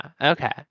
Okay